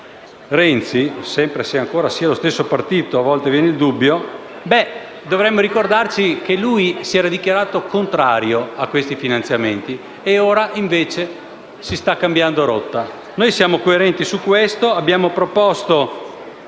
che si tratti ancora dello stesso partito, visto che a volte viene il dubbio), dovremmo ricordarci che lui si era dichiarato contrario a questi finanziamenti mentre ora si sta cambiando rotta. Noi siamo coerenti su questo; abbiamo proposto